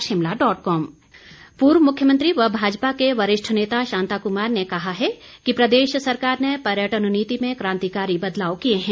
शांताकुमार पूर्व मुख्यमंत्री व भाजपा के वरिष्ठ नेता शांताकुमार ने कहा है कि प्रदेश सरकार ने पर्यटन नीति में क्रांतिकारी बदलाव किए हैं